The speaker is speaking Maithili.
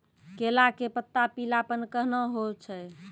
केला के पत्ता पीलापन कहना हो छै?